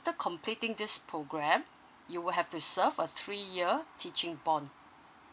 after completing this program you will have to serve a three year teaching bond